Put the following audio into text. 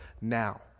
now